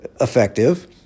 effective